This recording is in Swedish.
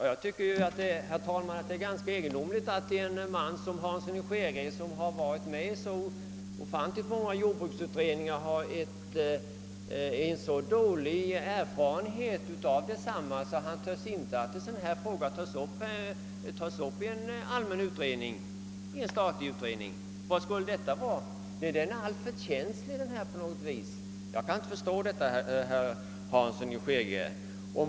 Herr talman! Jag tycker det är ganska egendomligt att en man som herr Hansson i Skegrie som har varit med i så många utredningar har så dålig erfarenhet av dem att han inte törs ta upp den här frågan i en statlig utredning. Vad kan detta bero på? Är frågan på något vis alltför känslig? Jag kan inte förstå detta.